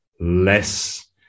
less